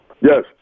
Yes